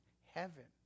heaven